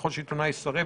ככל שעיתונאי יסרב,